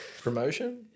Promotion